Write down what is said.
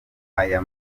aya